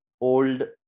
old